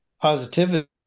positivity